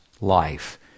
life